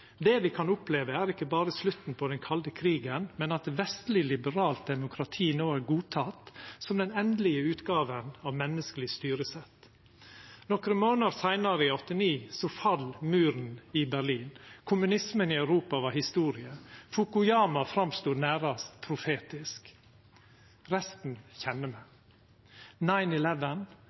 Det me kan oppleve, er ikkje berre slutten på den kalde krigen, men at det vestlege liberale demokratiet no er godteke som den endelege utgåva av menneskeleg styresett. Nokre månader seinare i 1989 fall muren i Berlin. Kommunismen i Europa var historie. Fukuyama var nærast profetisk. Resten kjenner me: